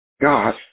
God